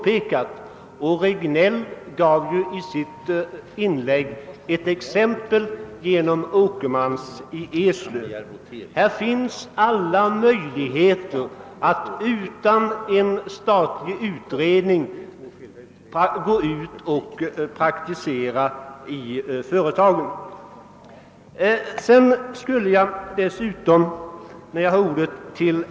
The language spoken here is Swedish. Herr Regnéll gav i sitt inlägg ett exempel genom Åkermans i Eslöv. Här finns alla möjligheter att gå ut och praktisera i företagen utan att företa en statlig utredning.